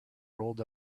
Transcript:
rolled